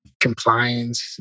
compliance